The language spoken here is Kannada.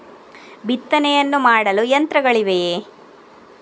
ಬಿತ್ತನೆಯನ್ನು ಮಾಡಲು ಯಂತ್ರಗಳಿವೆಯೇ?